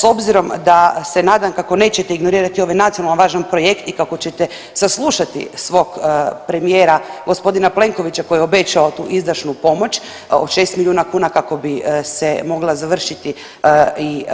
S obzirom se nadam kako nećete ignorirati ovaj nacionalno važan projekt i kako ćete saslušati svog premijera g. Plenkovića koji je obećao tu izdašnu pomoć od 6 milijuna kuna, kako bi se mogla završiti i